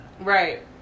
right